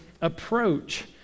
approach